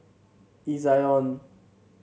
Ezion